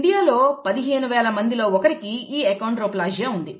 ఇండియాలో 15 వేల మందిలో ఒకరికి ఈ అకోండ్రోప్లాసియా ఉంది